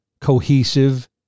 cohesive